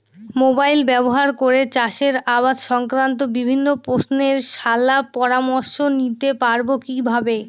Mobile ব্যাবহার করে চাষের আবাদ সংক্রান্ত বিভিন্ন প্রশ্নের শলা পরামর্শ নিতে পারবো কিভাবে?